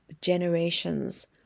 generations